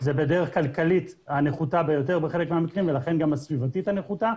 בדרך כלכלית הנחותה ביותר בחלק מהמקרים ולכן גם הסביבתית הנחותה.